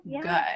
good